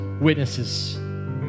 witnesses